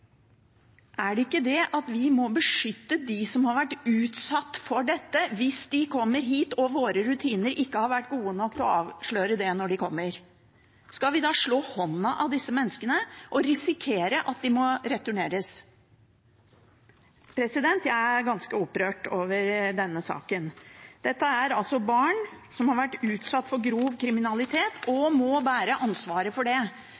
vi ikke beskytte dem som har vært utsatt for dette, hvis de kommer hit og våre rutiner ikke har vært gode nok til å avsløre det når de kommer? Skal vi da slå hånda av disse menneskene og risikere at de må returneres? Jeg er ganske opprørt over denne saken. Dette er barn som har vært utsatt for grov kriminalitet, og som må bære ansvaret for det